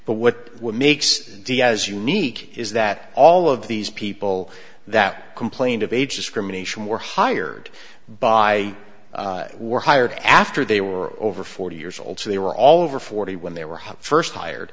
but what would makes diaz unique is that all of these people that complained of age discrimination were hired by or hired after they were over forty years old so they were all over forty when they were hot first hired